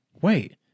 wait